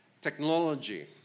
technology